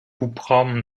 hubraum